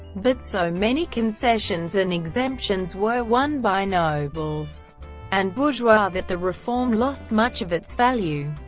but so many concessions and exemptions were won by nobles and bourgeois that the reform lost much of its value.